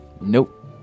Nope